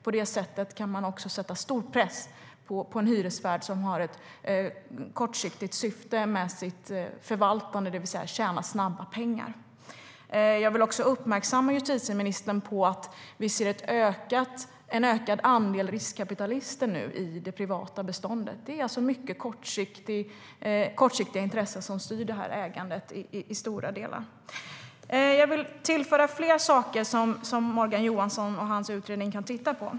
På det sättet kan man också sätta en stor press på en hyresvärd som har ett kortsiktigt syfte med sitt förvaltande, det vill säga att tjäna snabba pengar. Jag vill också uppmärksamma justitieministern på att vi ser en ökad andel riskkapitalister i det privata beståndet. Det är mycket kortsiktiga intressen som styr ägandet i stora delar. Jag vill tillföra fler saker som Morgan Johansson och hans utredning kan titta på.